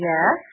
Yes